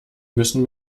müssen